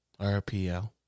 RPL